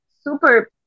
super